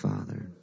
Father